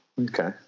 okay